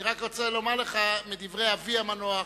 אני רק רוצה לומר לך מדברי אבי המנוח,